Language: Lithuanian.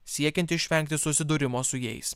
siekiant išvengti susidūrimo su jais